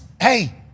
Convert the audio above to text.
hey